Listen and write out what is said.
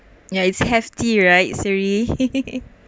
ya its hefty right sorry